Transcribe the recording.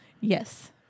Yes